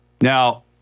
Now